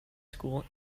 school